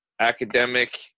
academic